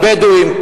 על בדואים.